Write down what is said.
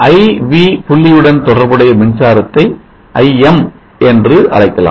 I V புள்ளியுடன் தொடர்புடைய மின்சாரத்தை Im என்று அழைக்கலாம்